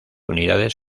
unidades